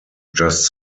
just